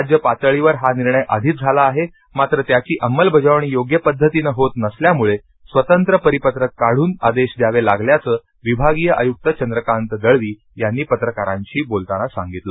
राज्य पातळीवर हा निर्णय आधीच झाला आहे मात्र त्याचीअंमलबजावणी योग्य पद्धतीनं होत नसल्यामुळं स्वतंत्र परिपत्रक काढून आदेश द्यावे लागल्याचं विभागीय आयुक्त चंद्रकांत दळवी यांनी पत्रकारांशी बोलताना सांगितलं